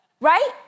right